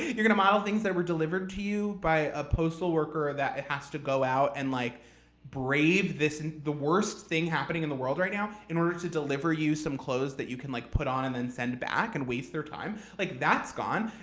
you're going to model things that were delivered to you by a postal worker ah that has to go out and like brave this, and the worst thing happening in the world right now, in order to deliver you some clothes that you can like put on and send back and waste their time? like that's gone.